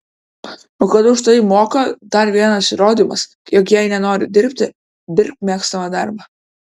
o kad už tai moka dar vienas įrodymas jog jei nenori dirbti dirbk mėgstamą darbą